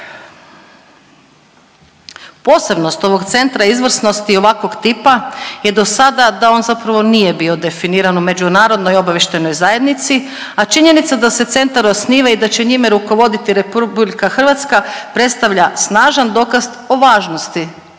Posebnost ovog Centra izvrsnosti ovakvog tipa je dosada da on zapravo nije bio definiran u Međunarodnoj obavještajnoj zajednici, a činjenica da se centar osniva i da će njime rukovoditi RH predstavlja snažan dokaz o važnosti,